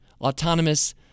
autonomous